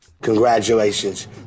Congratulations